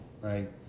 right